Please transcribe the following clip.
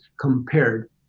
compared